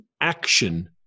action